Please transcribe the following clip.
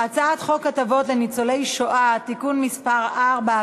הצעת חוק הטבות לניצולי שואה (תיקון מס' 4),